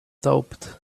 doubt